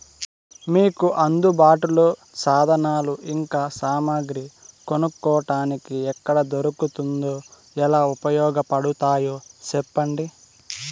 మీకు అందుబాటులో సాధనాలు ఇంకా సామగ్రి కొనుక్కోటానికి ఎక్కడ దొరుకుతుందో ఎలా ఉపయోగపడుతాయో సెప్పండి?